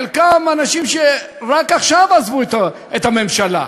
חלקם אנשים שרק עכשיו עזבו את הממשלה,